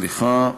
סליחה,